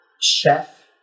chef